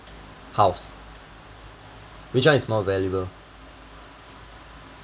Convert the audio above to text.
house which one is more valuable